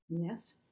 Yes